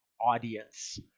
audience